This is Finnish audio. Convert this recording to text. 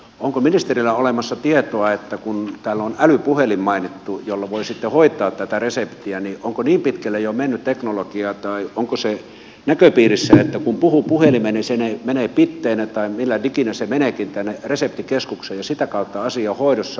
onko ministerillä olemassa tietoa että kun täällä on mainittu älypuhelin jolla voi sitten hoitaa tätä reseptiä niin onko niin pitkälle jo mennyt teknologia tai onko se näköpiirissä että kun puhuu puhelimeen niin se menee bitteinä tai millä ikinä se meneekin reseptikeskukseen ja sitä kautta asia on hoidossa